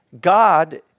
God